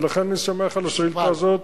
ולכן אני שמח על השאילתא הזאת.